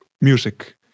music